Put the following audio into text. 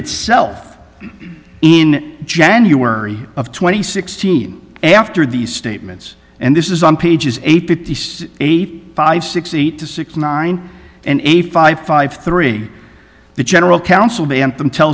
itself in january of twenty sixteen after these statements and this is on pages eight fifty eight five six eight to six nine and a five five three the general counsel ban